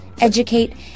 educate